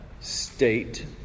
State